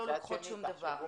אנחנו גם לא לוקחות שום דבר.